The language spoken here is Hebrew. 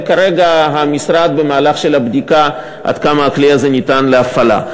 וכרגע המשרד במהלך של בדיקה עד כמה הכלי הזה ניתן להפעלה.